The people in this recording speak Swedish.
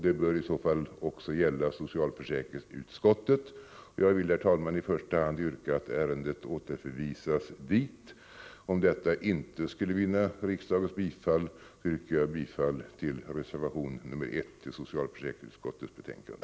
Det bör i så fall även gälla socialförsäkringsutskottet. Jag vill, herr talman, i första hand yrka att ärendet återförvisas dit. Om detta yrkande inte skulle vinna riksdagens bifall, yrkar jag bifall till reservation 1 i socialförsäkringsutskottets betänkande.